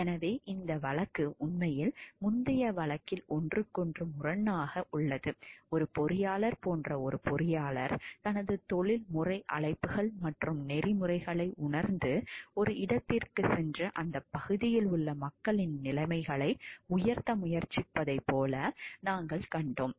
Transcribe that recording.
எனவே இந்த வழக்கு உண்மையில் முந்தைய வழக்கில் ஒன்றுக்கொன்று முரணாக உள்ளது ஒரு பொறியாளர் போன்ற ஒரு பொறியாளர் தனது தொழில்முறை அழைப்புகள் மற்றும் நெறிமுறைகளை உணர்ந்து ஒரு இடத்திற்குச் சென்று அந்த பகுதியில் உள்ள மக்களின் நிலைமைகளை உயர்த்த முயற்சிப்பதைப் போல நாங்கள் கண்டோம்